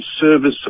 service